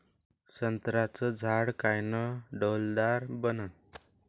संत्र्याचं झाड कायनं डौलदार बनन?